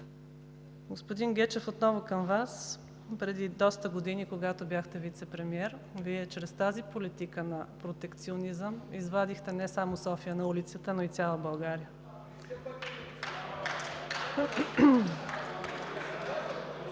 Господин Гечев, отново към Вас. Преди доста години, когато бяхте вицепремиер, Вие чрез тази политика на протекционизъм извадихте не само София на улицата, но и цяла България. (Частични